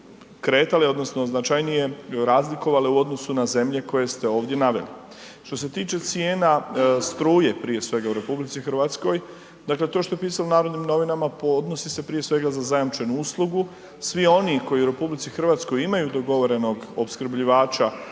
kretali odnosno značajnije razlikovali u odnosu na zemlje koje ste ovdje naveli. Što se tiče cijena struje prije svega u RH, dakle, to što je pisalo u Narodnim novinama odnosi se prije svega za zajamčenu uslugu, svi oni koji u RH imaju dogovorenog opskrbljivača